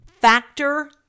Factor